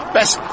Best